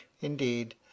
indeed